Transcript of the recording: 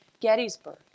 Gettysburg